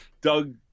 Doug